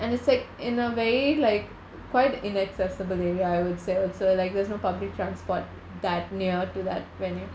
and it's like in a very like quite inaccessibly ya I would say also like there's no public transport that near to that venue